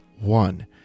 one